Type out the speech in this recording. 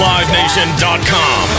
LiveNation.com